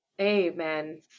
Amen